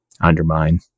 undermine